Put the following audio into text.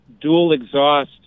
dual-exhaust